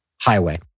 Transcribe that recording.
highway